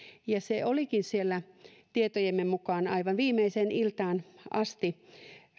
ja se olikin tietojemme mukaan aivan viimeiseen iltaan asti